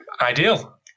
Ideal